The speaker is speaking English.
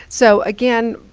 so again,